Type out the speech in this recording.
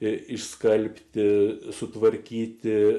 išskalbti sutvarkyti